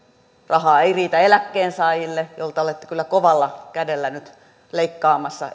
rahaa ei riitä eläkkeensaajille joilta olette kyllä kovalla kädellä nyt leikkaamassa